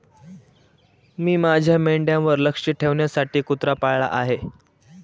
मी माझ्या मेंढ्यांवर लक्ष ठेवण्यासाठी कुत्रा पाळला आहे